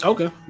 Okay